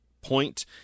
point